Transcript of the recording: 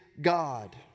God